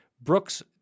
brooks